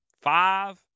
five